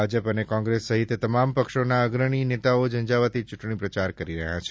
ભાજપ અને કોંગ્રેસ સહિત તમામ પક્ષોના અગ્રણી નેતાઓ ઝંઝાવતી ચૂંટણી પ્રચાર કરી રહ્યા છે